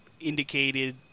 indicated